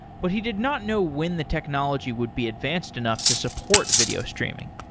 but he did not know when the technology would be advanced enough to support video streaming,